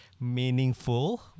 meaningful